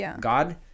God